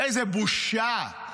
איזו בושה.